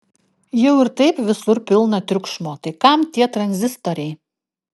jau ir taip visur pilna triukšmo tai kam tie tranzistoriai